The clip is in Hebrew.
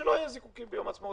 ושלא יהיו זיקוקים ביום העצמאות.